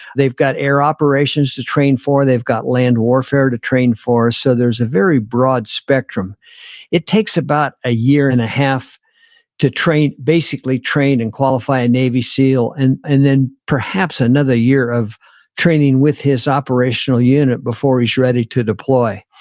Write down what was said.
they've got air operations to train for. they've got land warfare to train for, so there's a very broad spectrum it takes about a year and a half to basically train and qualify a navy seal and and then perhaps another year of training with his operational unit before he's ready to deploy.